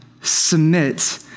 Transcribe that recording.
submit